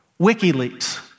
WikiLeaks